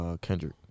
Kendrick